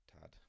tad